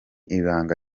ibanga